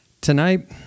Tonight